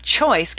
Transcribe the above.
choice